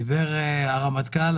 דיברו הרמטכ"ל,